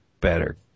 better